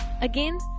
Again